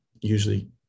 usually